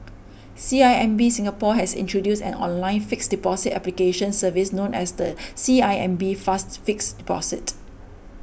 C I M B Singapore has introduced an online fixed deposit application service known as the C I M B Fast Fixed Deposit